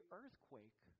earthquake